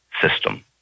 system